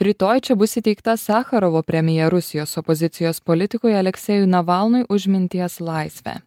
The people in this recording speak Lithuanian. rytoj čia bus įteikta sacharovo premija rusijos opozicijos politikui aleksejui navalnui už minties laisvę